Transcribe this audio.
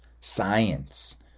science